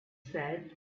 said